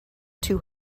too